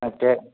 മറ്റേ